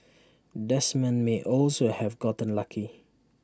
Desmond may also have gotten lucky